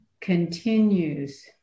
continues